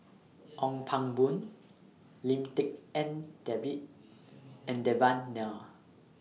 Ong Pang Boon Lim Tik En David and Devan Nair